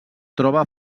troba